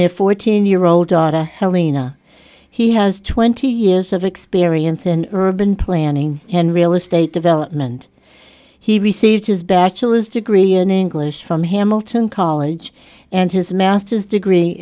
their fourteen year old daughter elina he has twenty years of experience in urban planning and real estate development he received his bachelor's degree in english from hamilton college and his master's degree